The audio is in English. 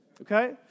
Okay